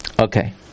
Okay